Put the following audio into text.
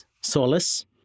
solace